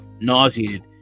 nauseated